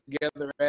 together